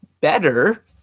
better